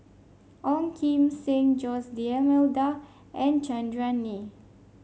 Ong Kim Seng Jose D'Almeida and Chandran Nair